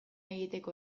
egiteko